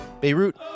Beirut